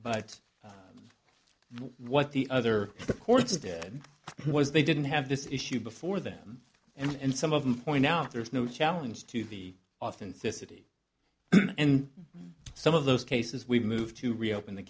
but what the other courts did was they didn't have this issue before them and some of them point out there's no challenge to the authenticity and some of those cases we've moved to reopen the